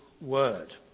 word